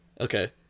Okay